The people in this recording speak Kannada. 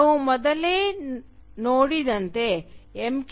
ನಾವು ಮೊದಲೇ ನೋಡಿದಂತೆ ಎಂ